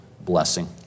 blessing